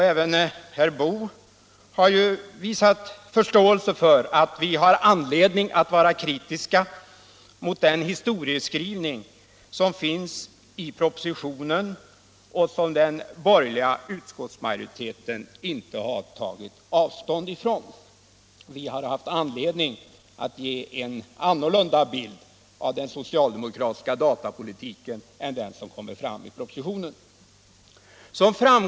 Även herr Boo har visat förståelse för att vi har anledning att vara kritiska mot den historieskrivning som finns i propositionen och som den borgerliga utskottsmajoriteten inte har tagit avstånd från. Vi har haft anledning att ge en annan bild av den socialdemokratiska datapolitiken än den som kommer fram i propositionen.